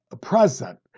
present